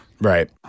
Right